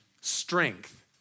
strength